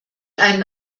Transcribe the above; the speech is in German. einen